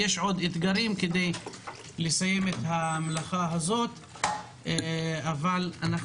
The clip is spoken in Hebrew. ישנם אתגרים נוספים לסיום המלאכה אבל אנחנו